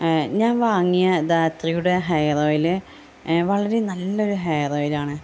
ഞാൻ വാങ്ങിയ ധാത്രിയുടെ ഹെയറോയില് വളരെ നല്ലൊരു ഹെയറോയിലാണ്